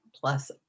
plus